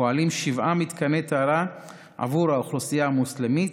פועלים שבעה מתקני טהרה עבור האוכלוסייה המוסלמית